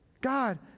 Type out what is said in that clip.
God